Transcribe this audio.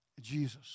Jesus